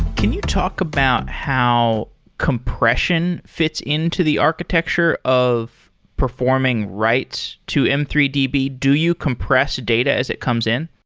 can you talk about how compression fits into the architecture of performing write to m three d b? do you compress data as it comes in?